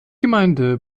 gemeinde